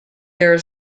their